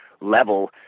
level